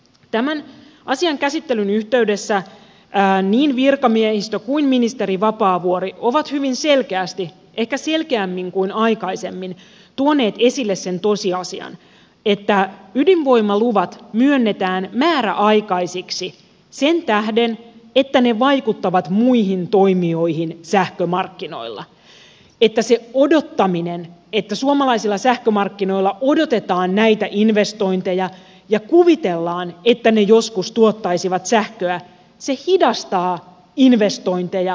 tämän asian käsittelyn yhteydessä niin virkamiehistö kuin ministeri vapaavuori ovat hyvin selkeästi ehkä selkeämmin kuin aikaisemmin tuoneet esille sen tosiasian että ydinvoimaluvat myönnetään määräaikaisiksi sen tähden että ne vaikuttavat muihin toimijoihin sähkömarkkinoilla että se odottaminen se että suomalaisilla sähkömarkkinoilla odotetaan näitä investointeja ja kuvitellaan että ne joskus tuottaisivat sähköä hidastaa muita investointeja